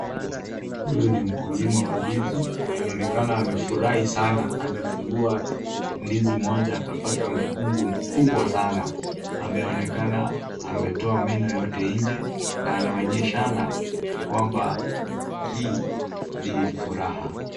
Huyu ni mkulima wa ndizi, anaoenakana amefurahi sana . Amefungua ndizi moja akapata mkungu mkubwa sana. Ameonekana ametoa meno yote nje na anaonyeshana kwamba hii ni furaha.